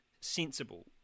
sensible